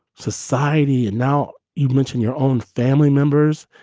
society and now you mentioned your own family members.